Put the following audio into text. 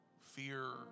Fear